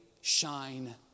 shine